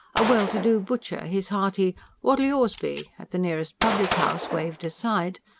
a well-to-do butcher, his hearty what'll yours be? at the nearest public-house waved aside,